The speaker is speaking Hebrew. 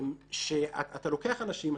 אתה לוקח אנשים,